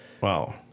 Wow